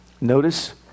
notice